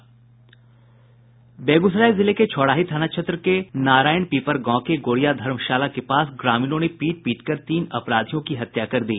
बेगूसराय जिले के छौड़ाही थाना क्षेत्र के नारायणपीपर गांव के गोरिया धर्मशाला के पास ग्रामीणों ने पीट पीटकर तीन अपराधियों की हत्या कर दी